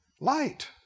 light